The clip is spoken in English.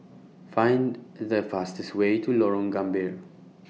Find The fastest Way to Lorong Gambir